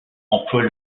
emploie